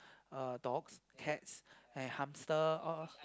uh dogs cats and hamsters all